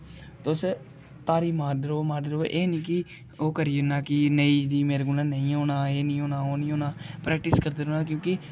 तुस तारी मारदे र'वो मारदे र'वो एह् निं कि ओह् करी जन्ना कि नेंई जी मेरे कोला नेईं होना एह् निं होना ओह् निं होना प्रेक्टिस करदे रौह्ना क्योंकि